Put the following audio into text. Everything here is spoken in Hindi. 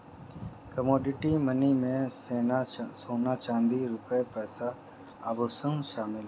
कमोडिटी मनी में सोना चांदी रुपया पैसा आभुषण शामिल है